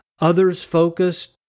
others-focused